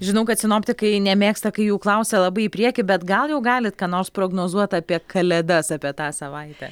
žinau kad sinoptikai nemėgsta kai jų klausia labai į priekį bet gal jau galit ką nors prognozuot apie kalėdas apie tą savaitę